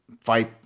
fight